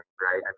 right